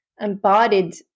embodied